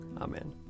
Amen